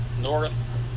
north